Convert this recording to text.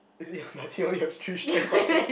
is in your does he only have three strands of hair